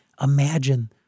imagine